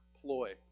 ploy